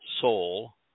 soul